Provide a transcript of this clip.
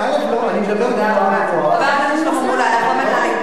אני מדבר גבוהה-גבוהה, ואני מסביר,